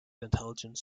intelligence